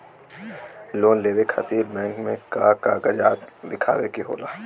Loan लेवे खातिर bank मे का कागजात दिखावे के होला?